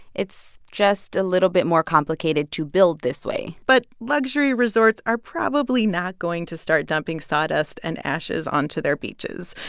it's just a little bit more complicated to build this way but luxury resorts are probably not going to start dumping sawdust and ashes onto their beach.